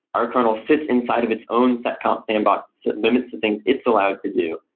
our kernel sits inside of its own seccomp sandbox. limits the things it's allowed to do.